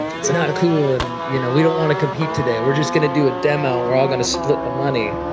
it's not cool, and you know we don't want to compete today. we're just gonna do a demo and we're all going to split the money.